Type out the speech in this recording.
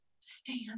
stand